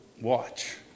watch